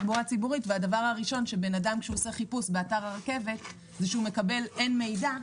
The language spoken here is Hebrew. הדבר הראשון שאדם שעושה חיפוש באתר הרכבת מקבל הוא שאין מידע.